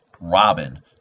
Robin